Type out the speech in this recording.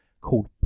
called